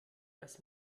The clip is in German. als